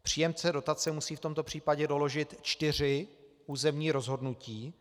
Příjemce dotace musí v tomto případě doložit čtyři územní rozhodnutí.